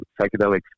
psychedelics